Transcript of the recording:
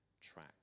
track